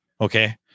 okay